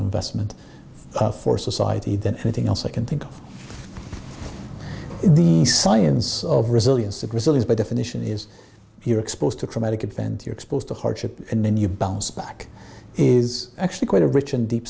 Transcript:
investment for society than anything else i can think of in the science of resilience that result is by definition is you're exposed to traumatic events you're exposed to hardship and then you bounce back is actually quite a rich and deep